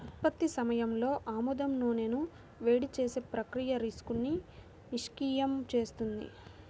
ఉత్పత్తి సమయంలో ఆముదం నూనెను వేడి చేసే ప్రక్రియ రిసిన్ను నిష్క్రియం చేస్తుంది